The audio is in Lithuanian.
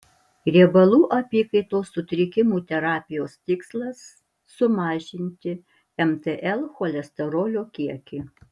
riebalų apykaitos sutrikimų terapijos tikslas sumažinti mtl cholesterolio kiekį